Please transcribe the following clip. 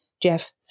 Jeff